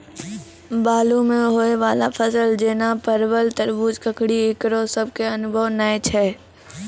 बालू मे होय वाला फसल जैना परबल, तरबूज, ककड़ी ईकरो सब के अनुभव नेय छै?